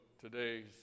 today's